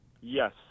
Yes